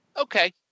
okay